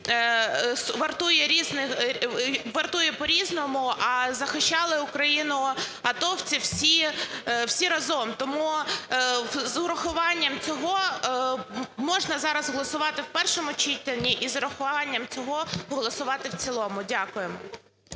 вартує по-різному, а захищали Україну атовці всі разом. Тому з урахуванням цього можна зараз голосувати в першому читанні, і з урахуванням цього голосувати в цілому. Дякуємо.